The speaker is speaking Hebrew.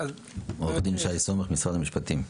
עו"ד שי סומך, משרד המשפטים.